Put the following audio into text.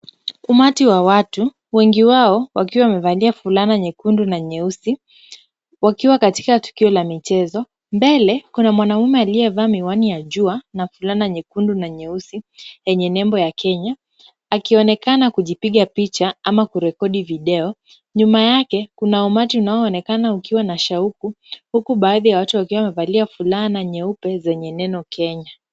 Umati wa watu wengi wao wakiwa wamevalia fulana nyekundu na nyeusi wakiwa katika tukio la michezo. Mbele kuna mwanaume aliyevaa miwani ya jua na fulana nyekundu na nyeusi yenye nembo ya Kenya akionekana kujipiga picha ama kurekodi video. Nyuma yake kuna umati unaoonekana ukiwa na shauku huku baadhi ya watu wakiwa wamevalia fulana nyeupe zenye neno Kenya.